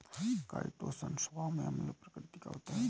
chitosan स्वभाव में अम्ल प्रकृति का होता है